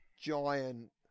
giant